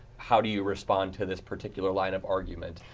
how do you respond to this particular line of argument?